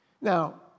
Now